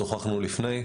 שוחחנו לפני,